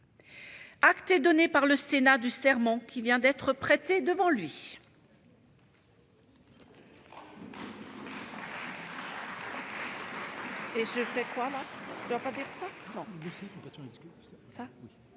Acte est donné par le Sénat du serment qui vient d'être prêté devant lui.